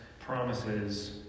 promises